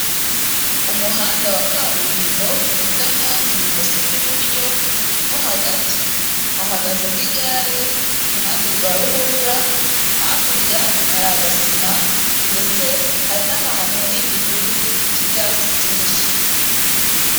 Umuhanda wa kaburimbo ugana ibumoso n'iburyo mo hagati hahagazemo igare iruhande rwa ruhurura, hakurya hari agasima ndetse hari n'ahantu hari igihuru n'ibyatsi byinshi.